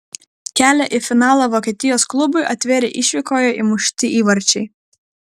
kelią į finalą vokietijos klubui atvėrė išvykoje įmušti įvarčiai